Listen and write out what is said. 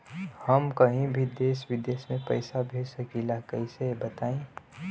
हम कहीं भी देश विदेश में पैसा भेज सकीला कईसे बताई?